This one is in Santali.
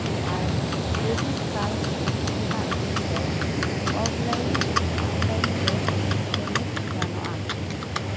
ᱟᱨ ᱠᱨᱮᱰᱤᱴ ᱠᱟᱨᱰ ᱨᱮᱱᱟᱜ ᱵᱤᱞ ᱫᱚ ᱚᱯᱷᱞᱟᱭᱤᱱ ᱚᱱᱞᱟᱭᱤᱱ ᱛᱮ ᱯᱮᱢᱮᱱᱴ ᱜᱟᱱᱚᱜᱼᱟ